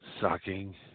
sucking